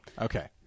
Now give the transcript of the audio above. okay